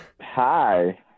Hi